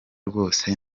rwose